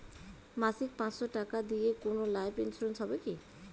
মাসিক পাঁচশো টাকা দিয়ে কোনো লাইফ ইন্সুরেন্স হবে কি?